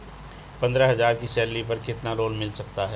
पंद्रह हज़ार की सैलरी पर कितना लोन मिल सकता है?